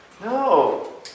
No